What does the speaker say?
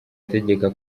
ategeka